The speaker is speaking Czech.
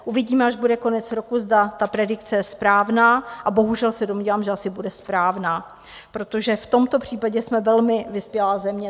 Uvidíme, až bude konec roku, zda ta predikce je správná, a bohužel se domnívám, že asi bude správná, protože v tomto případě jsme velmi vyspělá země.